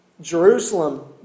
Jerusalem